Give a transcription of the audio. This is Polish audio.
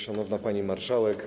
Szanowna Pani Marszałek!